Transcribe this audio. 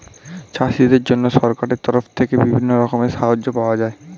চাষীদের জন্য সরকারের তরফ থেকে বিভিন্ন রকমের সাহায্য পাওয়া যায়